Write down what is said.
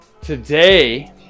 today